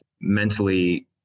mentally